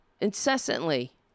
incessantly